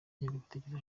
ingengabitekerezo